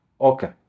Okay